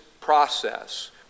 process